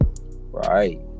Right